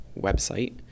website